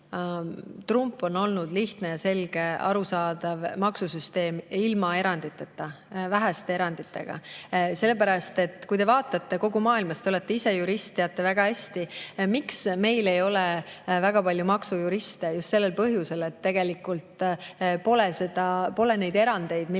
trump on olnud lihtne ja selge, arusaadav maksusüsteem ilma eranditeta või väheste eranditega. Vaadake kogu [muud] maailma. Te olete ise jurist ja teate väga hästi, miks meil ei ole väga palju maksujuriste. Just sellel põhjusel, et tegelikult pole neid erandeid, millega